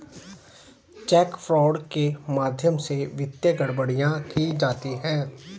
check fraud के माध्यम से वित्तीय गड़बड़ियां की जाती हैं